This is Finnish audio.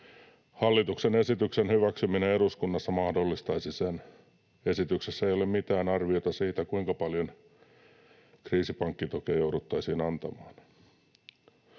Hallituksen esityksen hyväksyminen eduskunnassa mahdollistaisi sen. Esityksessä ei ole mitään arvioita siitä, kuinka paljon kriisipankkitukea jouduttaisiin antamaan.